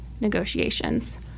negotiations